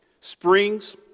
springs